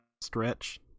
Stretch